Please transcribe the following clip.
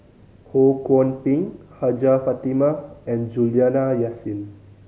Ho Kwon Ping Hajjah Fatimah and Juliana Yasin